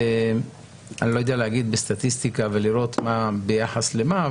אני לא יודע להגיד בסטטיסטיקה ולראות מה ביחס למה,